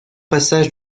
passage